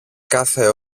κάθε